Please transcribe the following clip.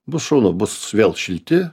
bus šaunu bus vėl šilti